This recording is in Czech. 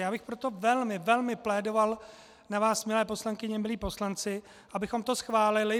Já bych proto velmi, velmi plédoval na vás, milé poslankyně, milí poslanci, abychom to schválili.